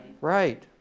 Right